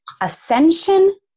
ascension